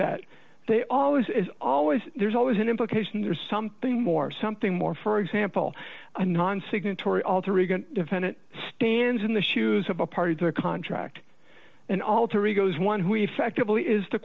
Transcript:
that they always is always there's always an implication there's something more something more for example a non signatory alter ego defendant stands in the shoes of a party to a contract and alter egos one who effectively is the